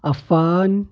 Affan